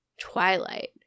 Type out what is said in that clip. Twilight